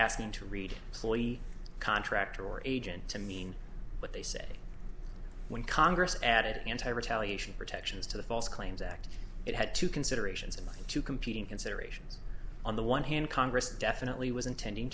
asking to read slowly contract or agent to mean what they say when congress added anti retaliation protections to the false claims act it had two considerations in mind two competing considerations on the one hand congress definitely was intending